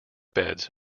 beds